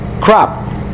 crop